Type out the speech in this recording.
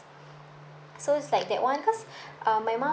so it's like that one cause um my mum